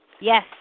Yes